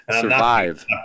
survive